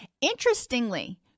Interestingly